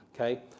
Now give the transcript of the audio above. okay